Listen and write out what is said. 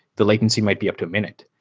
the latency might be up to a minute.